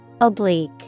Oblique